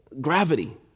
Gravity